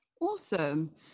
Awesome